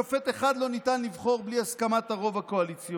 שופט אחד לא ניתן לבחור בלי הסכמת הרוב הקואליציוני.